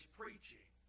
preaching